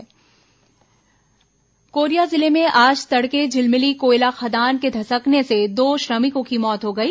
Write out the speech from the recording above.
खदान धंसी मौत कोरिया जिले में आज तड़के झिलमिली कोयला खदान के धंसकने से दो श्रमिकों की मौत हो गई